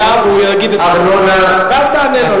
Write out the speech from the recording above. זה יבוא לוועדה והוא יגיד את זה ואז תענה לו.